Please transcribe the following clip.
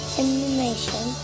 information